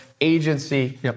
agency